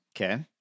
Okay